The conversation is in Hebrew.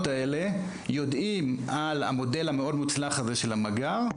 האלה יודעים על המודל המאוד מוצלח הזה של המג״ר,